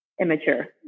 immature